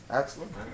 excellent